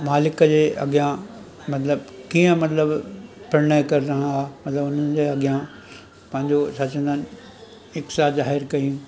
मालिक जे अॻियां मतलबु कीअं मतलबु प्रणय करिणो आहे मतलबु उन्हनि जे अॻियां पंहिंजो छा चवंदा आहिनि इच्छा जाहिर कयूं